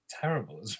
terrible